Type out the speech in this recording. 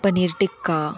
paneer tikka